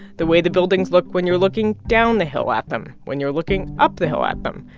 the way the buildings look when you're looking down the hill at them, when you're looking up the hill at them,